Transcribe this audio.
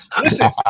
Listen